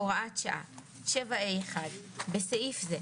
הוראת שעה 7ה1. (א)בסעיף זה,